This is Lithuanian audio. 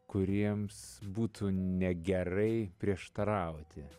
kuriems būtų negerai prieštarauti